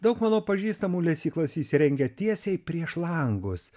daug mano pažįstamų lesyklas įsirengia tiesiai prieš langus